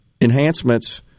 enhancements